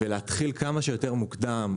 ולהתחיל כמה שיותר מוקדם,